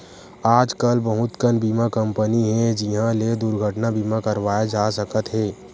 आजकल बहुत कन बीमा कंपनी हे जिंहा ले दुरघटना बीमा करवाए जा सकत हे